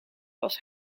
was